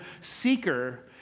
seeker